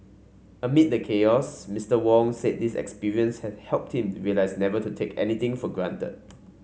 amid the chaos Mister Wong said this experience has helped him realise never to take anything for granted